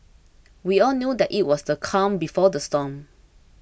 we all knew that it was the calm before the storm